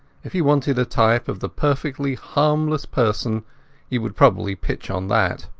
if you wanted a type of the perfectly harmless person you would probably pitch on that.